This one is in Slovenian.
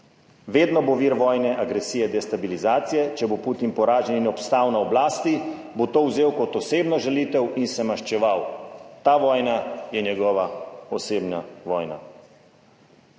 Vedno bo vir vojne, agresije, destabilizacije, če bo Putin poražen in obstal na oblasti, bo to vzel kot osebno žalitev in se maščeval. Ta vojna je njegova osebna vojna.